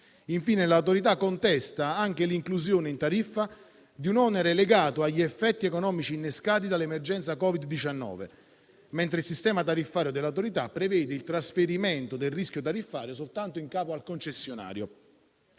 Infine, l'Autorità contesta anche l'inclusione in tariffa di un onere correlato agli effetti economici innescati dall'emergenza Covid-19, mentre il sistema tariffario dell'ART prevede il trasferimento del rischio tariffario soltanto in capo al concessionario.